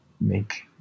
make